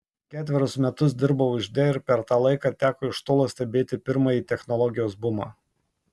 ketverius metus dirbau ižde ir per tą laiką teko iš tolo stebėti pirmąjį technologijos bumą